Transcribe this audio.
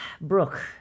Brooke